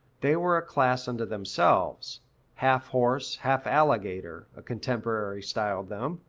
they were a class unto themselves half horse, half alligator, a contemporary styled them.